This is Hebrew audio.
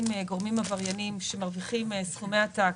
גורמים עברייניים שמרוויחים סכומי עתק